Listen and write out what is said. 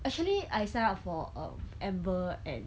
actually I sign up for um enable and